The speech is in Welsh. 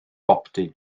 boptu